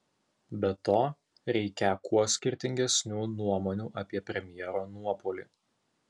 be to reikią kuo skirtingesnių nuomonių apie premjero nuopuolį